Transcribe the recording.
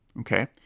okay